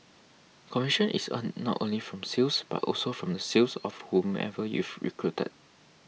commission is earned not only from sales but also from the sales of whomever you've recruited